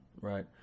right